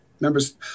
members